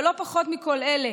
ולא פחות מכל אלה,